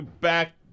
Back